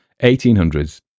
1800s